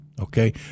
okay